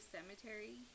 Cemetery